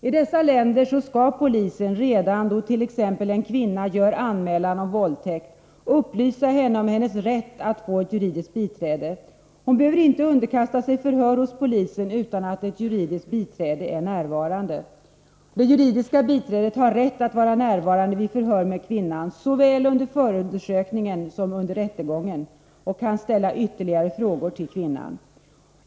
I dessa länder skall polisen redan då t.ex. en kvinna gör anmälan om våldtäkt upplysa henne om hennes rätt att få juridiskt biträde. Hon behöver inte underkasta sig förhör hos polisen utan att ett juridiskt biträde är närvarande. Det juridiska biträdet har rätt att vara närvarande vid förhör med kvinnan såväl under förundersökningen som under rättegången och kan ställa ytterligare frågor till kvinnan.